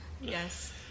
Yes